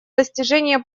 достижения